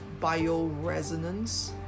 bioresonance